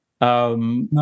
No